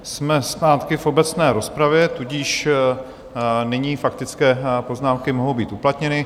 Jsme zpátky v obecné rozpravě, tudíž nyní faktické poznámky mohou být uplatněny.